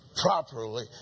properly